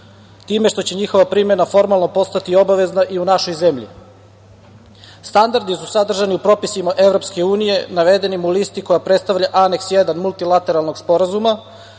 time što će njihova primena formalno ostati obavezna i u našoj zemlji. Standardi su sadržani u propisima EU navedenim u listi koja predstavlja Aneks 1. multilateralnog sporazuma